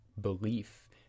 belief